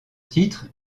titre